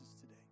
today